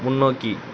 முன்னோக்கி